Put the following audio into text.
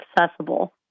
accessible